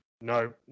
No